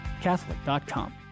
catholic.com